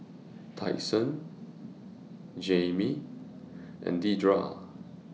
Tyson Jammie and Dedra